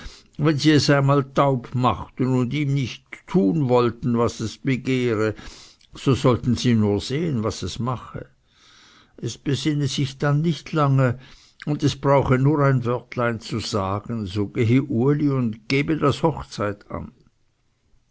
wenn sie es einmal taub machten und ihm nicht tun wollten was es begehre so sollten sie nur sehen was es mache es besinne sich dann nicht lange und es brauche nur ein wörtlein zu sagen so gehe uli und gebe das hochzeit an